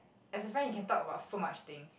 as a friend you can talk about so much things